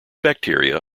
bacteria